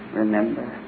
remember